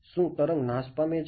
શું તરંગ નાશ પામે છે